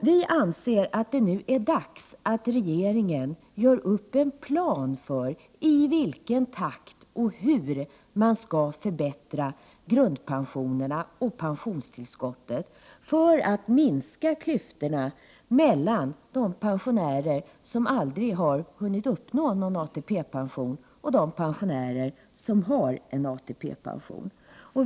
Vi anser att det nu är dags att regeringen gör upp en plan för i vilken takt och hur man skall kunna förbättra grundpensionen och pensionstillskottet för att minska klyftorna mellan de pensionärer som aldrig har hunnit uppnå någon ATP-pension och de pensionärer som har en ATP-pension.